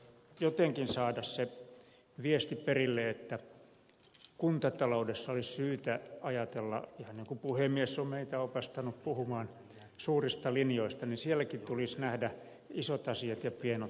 jotenkin tulisi saada se viesti perille että kuntataloudessa olisi syytä ihan niin kun puhemies on meitä opastanut puhumaan suurista linjoista nähdä isot asiat ja pienet asiat